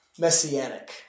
messianic